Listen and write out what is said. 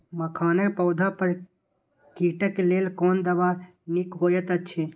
मखानक पौधा पर कीटक लेल कोन दवा निक होयत अछि?